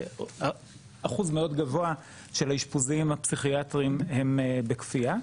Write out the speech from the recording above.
ואחוז מאוד גבוה של האשפוזים הפסיכיאטרים הם בכפייה.